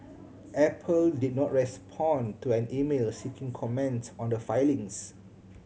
apple did not respond to an email seeking comment on the filings